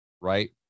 right